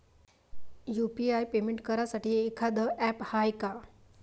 UPI payment करासाठी एखांद app हाय का?